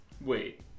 Wait